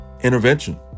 intervention